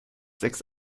sechs